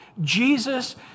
Jesus